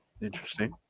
interesting